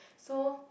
so